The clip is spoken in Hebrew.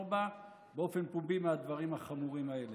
בה באופן פומבי מהדברים החמורים האלה.